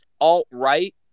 alt-right